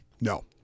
No